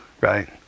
right